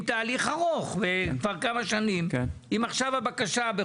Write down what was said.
יש לכם להעיר לגבי הבקשה,